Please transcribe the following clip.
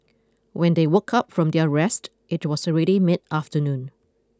when they woke up from their rest it was already mid afternoon